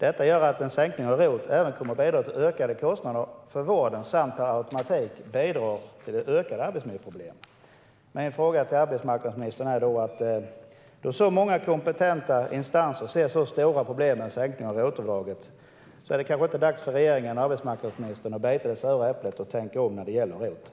Detta gör att en sänkning av ROT även kommer att leda till ökade kostnader för vården samt per automatik bidra till ökade arbetsmiljöproblem. Min fråga till arbetsmarknadsministern är: Då så många kompetenta instanser ser så stora problem med en sänkning av ROT-avdraget, är det då inte dags för regeringen och arbetsmarknadsministern att bita i det sura äpplet och tänka om när det gäller detta?